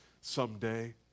someday